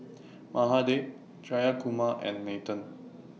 Mahade Jayakumar and Nathan